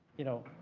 you know,